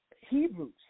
Hebrews